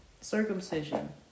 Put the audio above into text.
circumcision